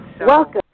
Welcome